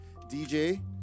DJ